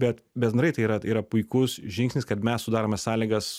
bet bendrai tai yra yra puikus žingsnis kad mes sudarome sąlygas